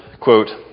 quote